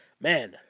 Man